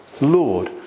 Lord